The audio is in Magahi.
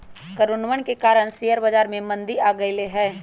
कोरोनवन के कारण शेयर बाजार में मंदी आ गईले है